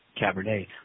Cabernet